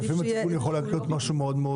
אבל לפעמים התיקון יכול להיות מאוד משהו גדול.